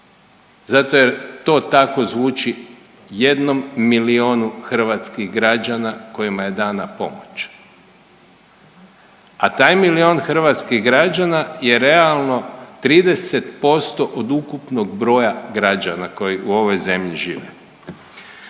zato jer to tako zvuči jednom milijunu hrvatskih građana kojima je dana pomoć. A taj milijun hrvatskih građana je realno 30% od ukupnog broja građana koji u ovoj zemlji žive.